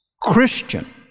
Christian